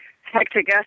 hectic